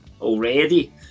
already